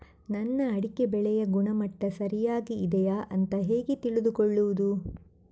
ನನ್ನ ಅಡಿಕೆ ಬೆಳೆಯ ಗುಣಮಟ್ಟ ಸರಿಯಾಗಿ ಇದೆಯಾ ಅಂತ ಹೇಗೆ ತಿಳಿದುಕೊಳ್ಳುವುದು?